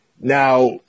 Now